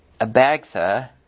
Abagtha